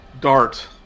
Dart